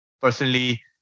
personally